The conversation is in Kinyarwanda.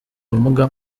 ubumuga